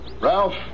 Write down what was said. Ralph